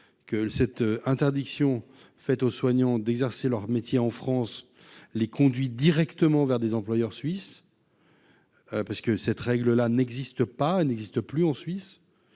cette interdiction faite aux soignants d'exercer leur métier en France, les conduit directement vers des employeurs suisses. Parce que cette règle là n'existe pas, n'existe plus en Suisse